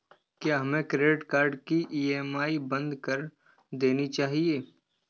क्या हमें credit card की ई.एम.आई बंद कर देनी चाहिए?